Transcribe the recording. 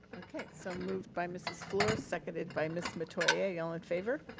okay, so moved by mrs. fluor, seconded by ms. metoyer. yeah all in favor?